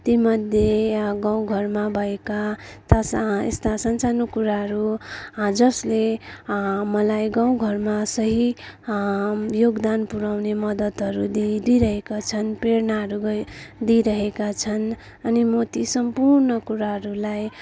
तीमध्ये गाउँघरमा भएका यस्ता सानसानो कुराहरू जसले मलाई गाउँघरमा सही योगदान पुर्याउने मद्दतहरू दिई दिइरहेका छन् प्रेरणाहरू दिइरहेका छन् अनि म ती सम्पूर्ण कुराहरूलाई